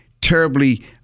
terribly